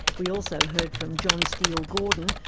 we also heard from john steel gordon,